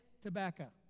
tobacco